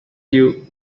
you